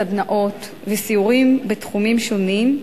סדנאות וסיורים בתחומים שונים,